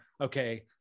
okay